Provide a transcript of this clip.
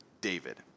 David